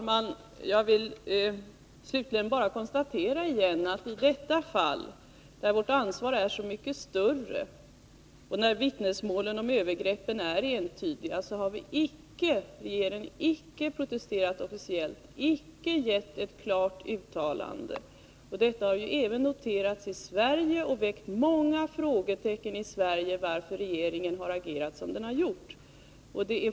Herr talman! Slutligen konstaterar jag återigen att regeringen i detta fall, där vårt ansvar är så mycket större och där vittnesmålen om övergrepp är entydiga, icke har protesterat officiellt, icke gjort ett klart uttalande. Detta har även noterats i Sverige och framkallat många frågetecken. Man frågar sig varför regeringen har handlat på det sätt som skett.